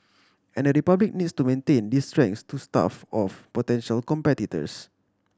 and the Republic needs to maintain these strengths to stave off potential competitors